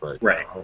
Right